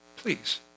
Please